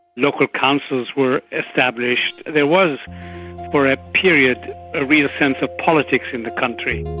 local councils were established. there was for a period a real sense of politics in the country.